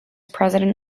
president